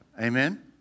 Amen